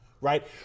Right